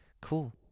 Cool